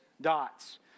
dots